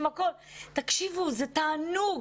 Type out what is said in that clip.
זה תענוג.